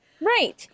Right